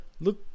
look